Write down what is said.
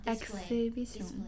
Exhibition